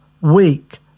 weak